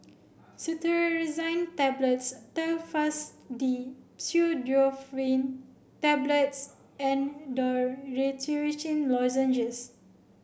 Cetirizine Tablets Telfast D Pseudoephrine Tablets and Dorithricin Lozenges